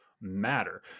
matter